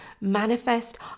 manifest